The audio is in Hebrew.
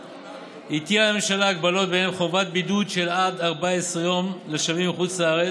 הטילה הממשלה הגבלות שבהן חובת בידוד של עד 14 יום לשבים מחוץ-לארץ,